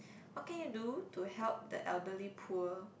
what can you do to help the elderly poor